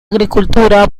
agricultura